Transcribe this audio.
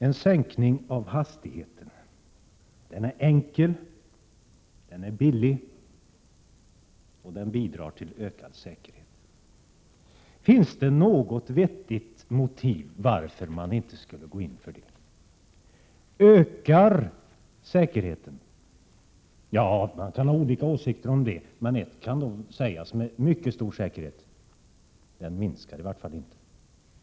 En sänkning av hastigheten är en enkel och billig åtgärd, och den bidrar till ökad säkerhet. Finns det något vettigt motiv till att man inte skulle gå in för det? Ökar säkerheten? Ja, man kan ha olika åsikter om det, men ett kan sägas med mycket stor säkerhet: den minskar i varje fall inte.